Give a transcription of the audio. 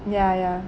ya ya